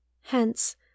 Hence